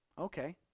Okay